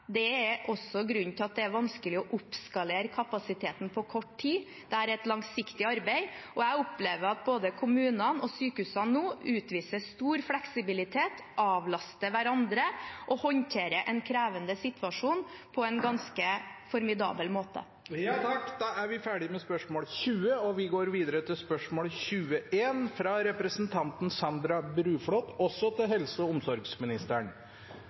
Det er også grunnen til at det er vanskelig å oppskalere kapasiteten på kort tid. Dette er et langsiktig arbeid. Jeg opplever at både kommunene og sykehusene nå utviser stor fleksibilitet, avlaster hverandre og håndterer en krevende situasjon på en ganske formidabel måte. «I fjor ble det registrert 324 overdosedødsfall i Norge. Det er det høyeste tallet siden 2001, og blant årsakene pekes det på at helseforetak skrev ut pasienter til